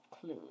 clues